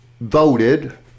voted